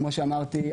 כמו שאמרתי,